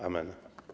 Amen.